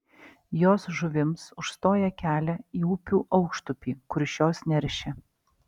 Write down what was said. jos žuvims užstoja kelia į upių aukštupį kur šios neršia